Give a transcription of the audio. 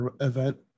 event